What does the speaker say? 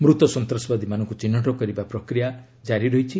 ମୂତ ସନ୍ତ୍ରାସବାଦୀମାନଙ୍କୁ ଚିହ୍ନଟ କରିବା ପ୍ରକ୍ରିୟା ଜାରି ରହିଛି